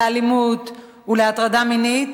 לאלימות ולהטרדה מינית,